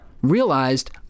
realized